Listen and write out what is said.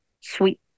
sweet